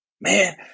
Man